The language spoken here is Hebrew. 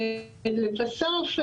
לבסוף,